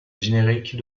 générique